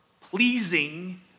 pleasing